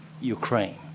Ukraine